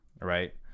right